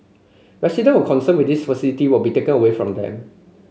resident were concerned with these facility would be taken away from them